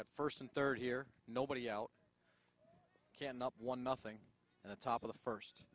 at first and third here nobody out can up one nothing and the top of the first